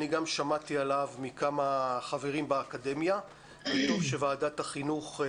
אני גם שמעתי עליו מכמה חברים באקדמיה וטוב שוועדת החינוך